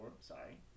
Sorry